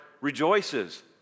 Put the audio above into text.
rejoices